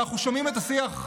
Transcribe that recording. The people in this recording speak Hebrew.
אנחנו שומעים את השיח.